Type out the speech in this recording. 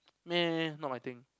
!meh! not my thing